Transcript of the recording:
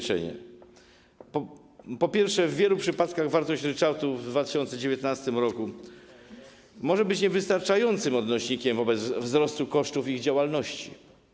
Przede wszystkim w wielu przypadkach wartość ryczałtu w 2019 r. może być niewystarczającym odnośnikiem wobec wzrostu kosztów działalności.